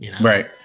Right